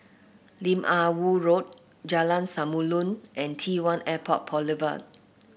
Lim Ah Woo Road Jalan Samulun and T one Airport Boulevard